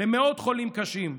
למאות חולים קשים,